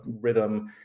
rhythm